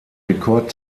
rekord